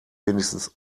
wenigstens